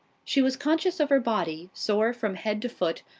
she was conscious of her body, sore from head to foot,